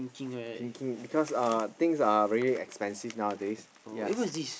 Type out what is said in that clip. because uh things are very expensive nowadays ya so